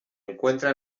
encuentra